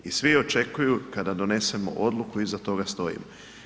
I svi očekuju kada donesemo odluku iza toga stoji.